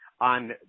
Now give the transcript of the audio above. on